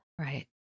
Right